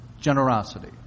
Generosity